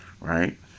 right